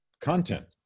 content